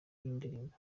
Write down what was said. y’indirimbo